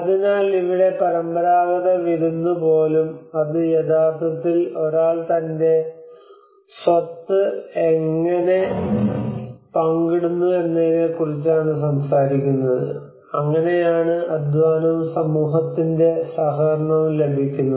അതിനാൽ ഇവിടെ പരമ്പരാഗത വിരുന്നു പോലും അത് യഥാർത്ഥത്തിൽ ഒരാൾ തന്റെ സ്വത്ത് എങ്ങനെ പങ്കിടുന്നു എന്നതിനെക്കുറിച്ചാണ് സംസാരിക്കുന്നത് അങ്ങനെയാണ് അധ്വാനവും സമൂഹത്തിന്റെ സഹകരണവും ലഭിക്കുന്നത്